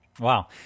Wow